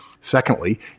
Secondly